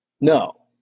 no